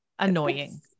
annoying